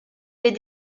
les